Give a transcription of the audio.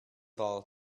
ball